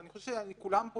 אני שואל אחרי הכול.